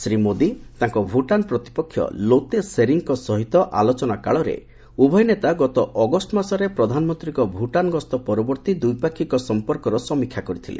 ଶ୍ରୀ ମୋଦି ତାଙ୍କ ଭୂଟାନ ପ୍ରତିପକ୍ଷ ଲୋତେ ଶେରିଙ୍ଗଙ୍କ ସହିତ ଆଲୋଚନା କାଳରେ ଉଭୟ ନେତା ଗତ ଅଗଷ୍ଟ ମାସରେ ପ୍ରଧାନମନ୍ତ୍ରୀଙ୍କ ଭୁଟାନ ଗସ୍ତ ପରବର୍ତ୍ତୀ ଦ୍ୱିପାକ୍ଷିକ ସମ୍ପର୍କର ସମୀକ୍ଷା କରିଥିଲେ